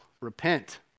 repent